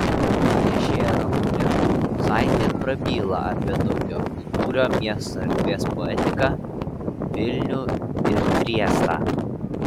pranešėja ramunė brunzaitė prabyla apie daugiakultūrio miesto erdvės poetiką vilnių ir triestą